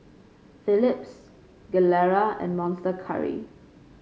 Philips Gilera and Monster Curry